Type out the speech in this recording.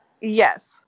Yes